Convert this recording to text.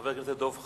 חבר הכנסת דב חנין,